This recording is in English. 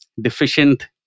deficient